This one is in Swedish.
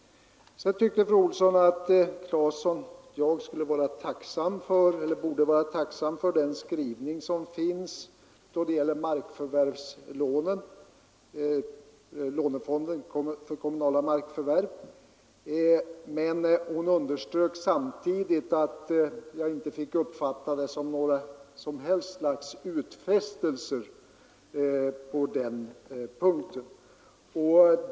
Sedan tyckte fru Olsson i Hölö att jag borde vara tacksam för den skrivning som finns då det gäller lånefonden för kommunala markförvärv, men hon underströk samtidigt att jag inte fick uppfatta den som någon som helst utfästelse.